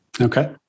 Okay